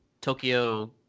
Tokyo